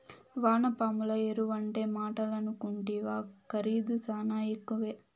వానపాముల ఎరువంటే మాటలనుకుంటివా ఖరీదు శానా ఎక్కువే